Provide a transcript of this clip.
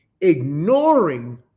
Ignoring